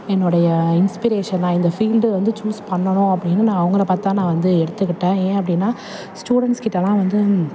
என்னுடைய இன்ஸ்பிரேஷன்னா இந்த ஃபீல்டை வந்து சூஸ் பண்ணணும் அப்படினுனு நான் அவங்களை பார்த்து தான் நான் வந்து எடுத்துக்கிட்டேன் ஏன் அப்படினா ஸ்டூடெண்ஸ்கிட்ட எல்லாம் வந்து